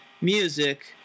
music